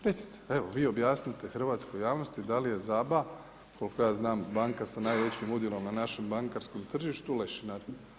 Recite, evo vi objasnite hrvatskoj javnosti da li je ZABA koliko ja znam banka sa najvećim udjelom na našem bankarskom tržištu lešinar.